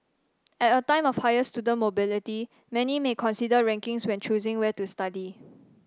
at a time of higher student mobility many may consider rankings when choosing where to study